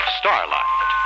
starlight